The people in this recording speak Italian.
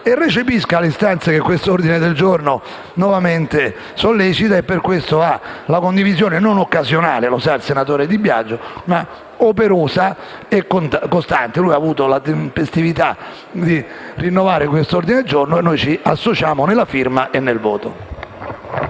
e recepisca le istanze che questo ordine del giorno nuovamente sollecita e per questo ha la nostra condivisione non occasionale - come ben sa il senatore Di Biagio - ma operosa e costante. Il senatore Di Biagio ha avuto la tempestività di rinnovare questo ordine del giorno e noi ci associamo nella firma e nel voto.